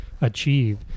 achieve